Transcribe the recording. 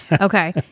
Okay